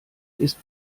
ist